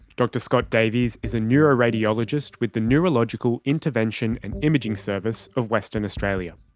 dr scott davies is a neuroradiologist with the neurological intervention and imaging service of western australia.